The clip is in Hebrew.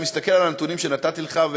אתה מסתכל על הנתונים שנתתי לך,